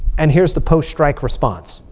and here's the post-strike response.